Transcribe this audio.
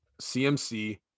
CMC